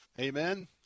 Amen